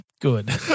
Good